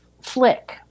Flick